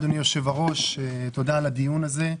תודה אדוני היושב-ראש, תודה על הדיון הזה,